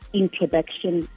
introduction